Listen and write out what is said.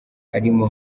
arimo